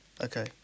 okay